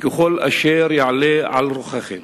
וככל אשר יעלה על רוחכם,